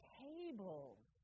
tables